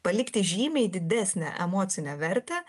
palikti žymiai didesnę emocinę vertę